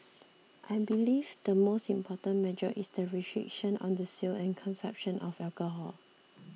I believe the most important measure is the restriction on the sale and consumption of alcohol